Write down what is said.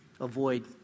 avoid